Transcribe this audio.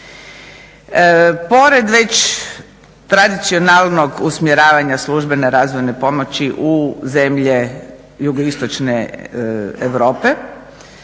Pored već tradicionalnog usmjeravanja službene razvojne pomoći u zemlje Jugoistočne Europe